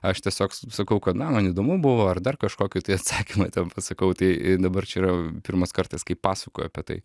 aš tiesiog sakau kad na man įdomu buvo ar dar kažkokį tai atsakymą ten pasakau tai dabar čia yra pirmas kartas kai pasakoju apie tai